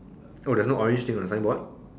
oh there's no orange thing on the signboard